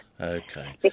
Okay